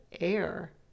air